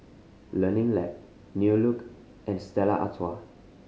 Learning Lab New Look and Stella Artois